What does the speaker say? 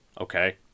Okay